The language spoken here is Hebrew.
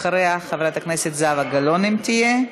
אחריה, חברת הכנסת זהבה גלאון, אם תהיה.